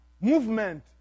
movement